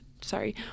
sorry